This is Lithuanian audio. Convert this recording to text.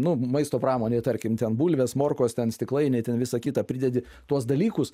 nu maisto pramonėje tarkim ten bulvės morkos ten stiklainiai ten visą kitą pridedi tuos dalykus